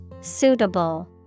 Suitable